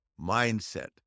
mindset